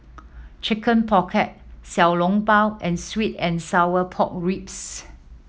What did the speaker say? Chicken Pocket Xiao Long Bao and sweet and sour pork ribs